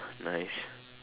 nice